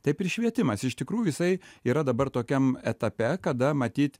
taip ir švietimas iš tikrųjų jisai yra dabar tokiam etape kada matyt